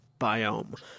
biome